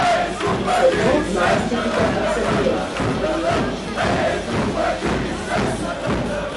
po viso to laistykite atsargiau periodiškai dirvožemiui leiskite išdžiūti